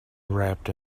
wrapped